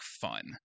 fun